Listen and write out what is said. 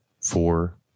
Four